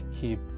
keep